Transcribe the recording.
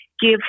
give